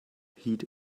heed